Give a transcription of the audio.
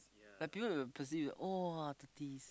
like people will perceive !wah! thirties